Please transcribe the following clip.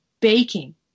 baking